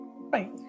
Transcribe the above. Right